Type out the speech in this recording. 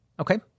Okay